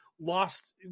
lost